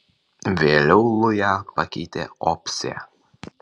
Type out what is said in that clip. vėliau lują pakeitė opsė